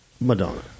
Madonna